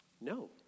No